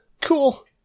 Cool